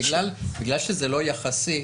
בגלל שזה לא יחסי,